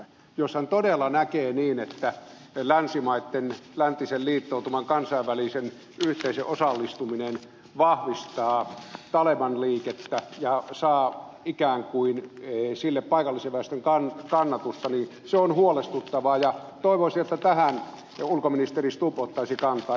jos hän todella näkee niin että länsimaitten läntisen liittoutuman kansainvälisen yhteisön osallistuminen vahvistaa taleban liikettä ja saa sille ikään kuin paikallisen väestön kannatusta niin se on huolestuttavaa ja toivoisin että tähän ulkoministeri stubb ottaisi kantaa